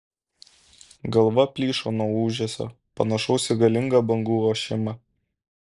galva plyšo nuo ūžesio panašaus į galingą bangų ošimą